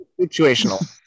Situational